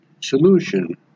solution